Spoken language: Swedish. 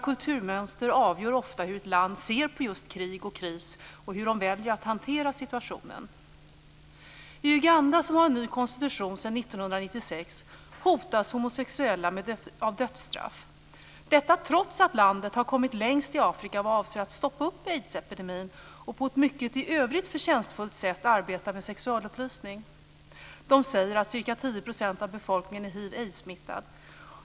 Kulturmönstren avgör ofta hur ett land ser på krig och kriser och hur man väljer att hantera situationen. I Uganda, som har en ny konstitution sedan 1996, hotas homosexuella av dödsstraff, detta trots att landet har kommit längst i Afrika och avser att stoppa aidsepidemin och trots att man på ett i övrigt mycket förtjänstfullt sätt arbetar med sexualupplysning. Man säger att ca 10 % av befolkningen är hiv/aidssmittad.